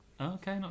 Okay